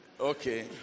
Okay